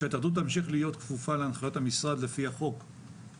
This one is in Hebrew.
שההתאחדות תמשיך להיות כפופה להנחיות המשרד לפי החוק,